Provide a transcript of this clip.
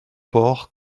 porc